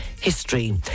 history